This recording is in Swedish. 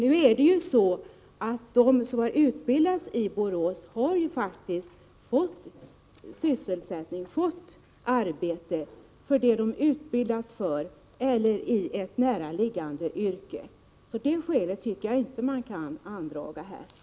Herr talman! De som har utbildats i Borås har faktiskt fått arbete i de yrken som de har utbildats för eller i näraliggande yrken. Skälet att det finns en överkapacitet kan därför inte andragas i detta fall.